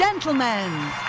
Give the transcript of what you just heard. Gentlemen